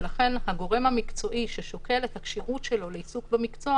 לכן הגורם המקצועי ששוקל את הכשירות שלו לעיסוק במקצוע